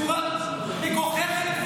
אתם כבר מתנהלים בצורה מגוחכת,